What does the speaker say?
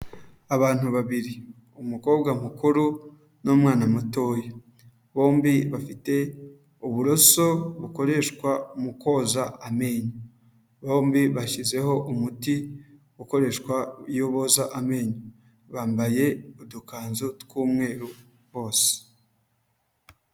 Abantu babiri umukobwa mukuru n'umwana mutoya, bombi bafite uburoso bukoreshwa mu koza amenyo, bombi bashyizeho umuti ukoreshwa iyo boza amenyo, bambaye udukanzu tw'umweru bose.